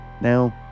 Now